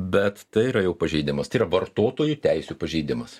bet tai yra jau pažeidimas tai yra vartotojų teisių pažeidimas